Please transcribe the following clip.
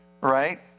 right